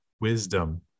wisdom